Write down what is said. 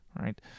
right